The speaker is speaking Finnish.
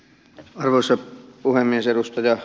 arvoisa puhemies